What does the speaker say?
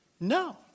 No